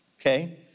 Okay